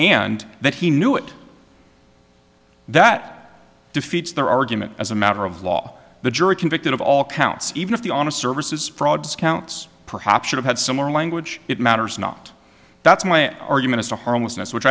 and that he knew it that defeats their argument as a matter of law the jury convicted of all counts even if the honest services fraud discounts perhaps should have had similar language it matters not that's my argument or harmlessness which